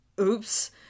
Oops